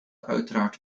uiteraard